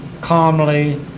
Calmly